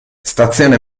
stazione